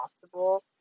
possible